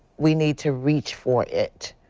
we need to reach for it.